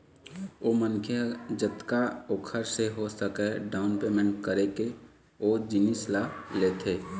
ओ मनखे ह जतका ओखर से हो सकय डाउन पैमेंट करके ओ जिनिस ल लेथे